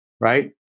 right